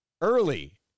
early